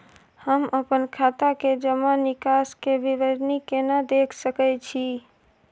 हम अपन खाता के जमा निकास के विवरणी केना देख सकै छी?